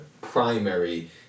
primary